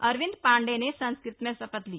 अरविंद पांडे ने संस्कृत में शपथ ली